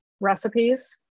recipes